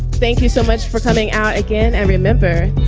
thank you so much for coming out again. and remember,